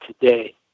today